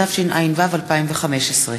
התשע"ו 2015,